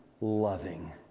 loving